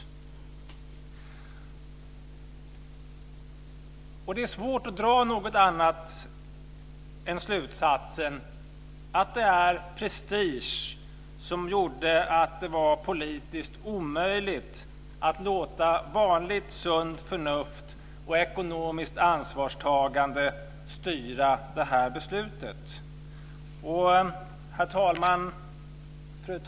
Det är svårt att dra någon annan slutsats än att det var prestige som gjorde att det var politiskt omöjligt att låta vanligt sunt förnuft och ekonomiskt ansvarstagande styra det här beslutet. Fru talman!